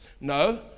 No